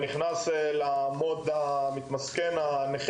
הוא כמובן נכנס מיד לתדמית הנכה המסכן.